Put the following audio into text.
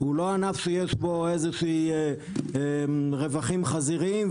הוא לא ענף שיש בו איזשהם רווחים חזיריים,